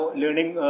learning